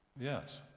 Yes